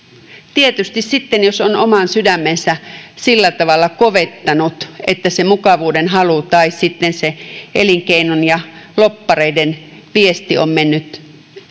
tietysti sitten jos on oman sydämensä sillä tavalla kovettanut että mukavuudenhalu tai elinkeinon ja lobbareiden viesti on mennyt